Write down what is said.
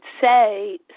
say